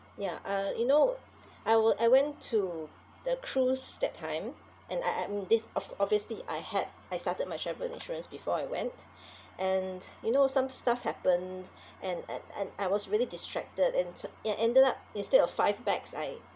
ya uh you know I we~ I went to the cruise that time and I am this obv~ obviously I had I started my travel insurance before I went and you know some stuff happened and and and I was really distracted and ya ended up instead of five bags I